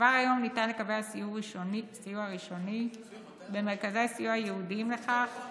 כבר כיום ניתן לקבל סיוע ראשוני במרכזי סיוע ייעודיים לכך,